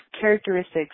characteristics